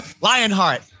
Lionheart